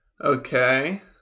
Okay